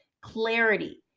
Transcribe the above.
Clarity